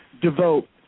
devote